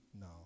No